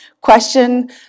question